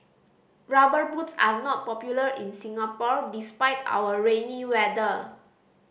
Rubber Boots are not popular in Singapore despite our rainy weather